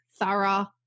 thorough